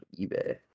eBay